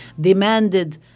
demanded